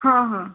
ହଁ ହଁ